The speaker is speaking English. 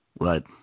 Right